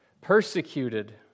persecuted